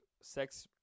sex